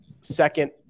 Second